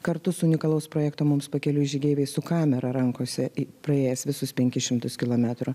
kartu su unikalaus projekto mums pakeliui žygeiviais su kamera rankose praėjęs visus penkis šimtus kilometrų